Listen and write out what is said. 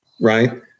right